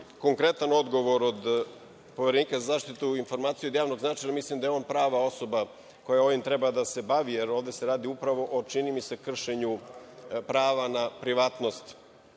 konkretan odgovor od Poverenika za zaštitu informacija od javnog značaja, jer mislim da je on prava osoba koja ovim treba da se bavi, jer ovde se radi upravo o, čini mi se, kršenju prava na privatnost